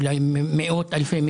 אולי מאות אלפי מקרים.